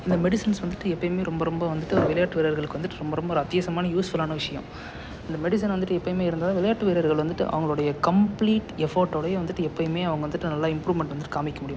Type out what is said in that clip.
இந்த மெடிசன்ஸ் வந்துட்டு எப்பயுமே ரொம்ப ரொம்ப வந்துட்டு விளையாட்டு வீரர்களுக்கு வந்துட்டு ரொம்ப ரொம்ப ஒரு அத்தியாவசியமான யூஸ்ஃபுல்லான விஷயம் இந்த மெடிசன் வந்துட்டு எப்பயுமே இருந்தால் விளையாட்டு வீரர்கள் வந்துட்டு அவங்களுடைய கம்ப்ளீட் எஃபோட்டோடையே வந்துட்டு எப்பயுமே அவங்க வந்துட்டு நல்லா இம்ப்ரூமெண்ட் வந்துட்டு காமிக்க முடியும்